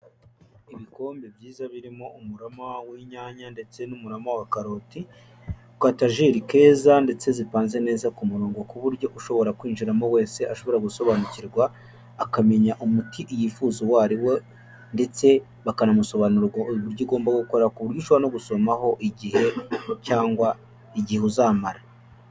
Ibikombe byiza birimo umurama w'inyanya ndetse n'umurama wa karoti, akayetajeri keza ndetse zipanze neza ku murongo, ku buryo ushobora kwinjiramo wese ashobora gusobanukirwa akamenya umuti yifuza uwo ari we, ndetse bakanamusobanurira uko uburyo ugomba gukora, ku buryo ushobora no gusomaho igihe cyangwa igihe uzamara.